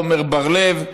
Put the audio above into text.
עמר בר-לב,